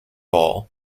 ball